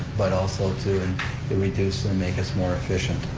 but also to and to reduce and make us more efficient.